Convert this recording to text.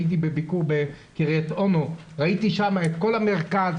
הייתי בביקור בקריית אונו, ראיתי שם את כל המרכז.